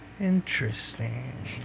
Interesting